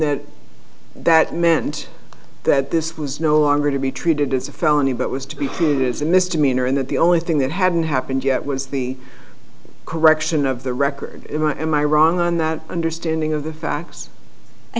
that that meant that this was no longer to be treated as a felony but was to be a misdemeanor and that the only thing that hadn't happened yet was the correction of the record am i wrong on the understanding of the facts i